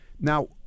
Now